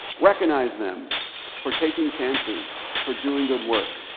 recognize them for taking chances, for doing good work.